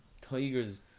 tigers